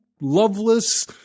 loveless